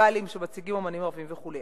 פסטיבלים שמציגים אמנים ערבים וכו'.